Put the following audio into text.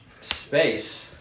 space